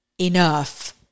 enough